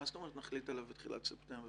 מה זאת אומרת, נחליט עליו בתחילת ספטמבר?